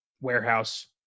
warehouse